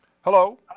Hello